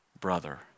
brother